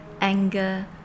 anger